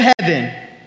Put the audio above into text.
heaven